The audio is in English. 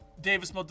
Davis